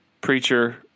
preacher